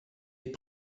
est